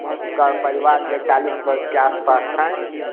हुनकर परिवार के चालीस वर्ष के आसपास छनि